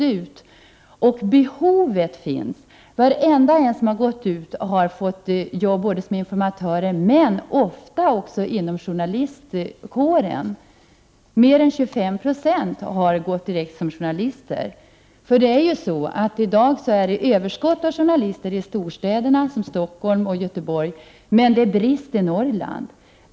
Det finns behov av informatörer. Varenda en som avslutat sin informationsutbildning har fått jobb, antingen som informatörer eller som journalister. Det är mer än 25 26 som har gått direkt in på journalistbanan. I dag är det överskott på journalister i storstäderna Stockholm och Göteborg, men det råder brist i Norrland.